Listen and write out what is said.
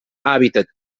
hàbitat